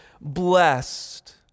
blessed